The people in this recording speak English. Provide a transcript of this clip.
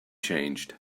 changed